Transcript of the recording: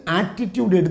attitude